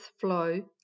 flow